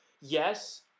Yes